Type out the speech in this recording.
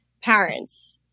Parents